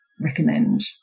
recommend